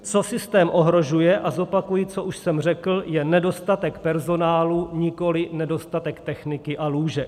Co systém ohrožuje, a zopakuji, co už jsem řekl, je nedostatek personálu, nikoliv nedostatek techniky a lůžek.